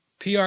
PR